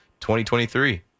2023